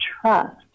trust